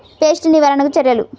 Pest నివారణకు చర్యలు?